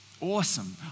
Awesome